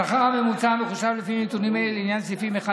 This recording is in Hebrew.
השכר הממוצע המחושב לפי נתונים אלה לעניין סעיפים 1